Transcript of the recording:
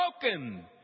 broken